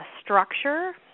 structure